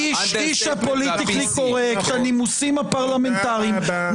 איש הפוליטיקלי קורקט של הנימוסים הפרלמנטריים,